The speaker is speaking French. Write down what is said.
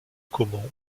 caumont